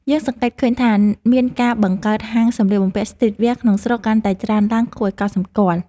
យើងសង្កេតឃើញថា មានការបង្កើតហាងសម្លៀកបំពាក់ស្ទ្រីតវែរក្នុងស្រុកកាន់តែច្រើនឡើងគួរឱ្យកត់សម្គាល់។